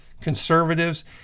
conservatives